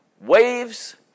waves